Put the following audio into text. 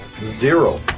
zero